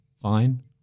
fine